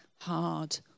hard